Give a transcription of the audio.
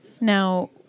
Now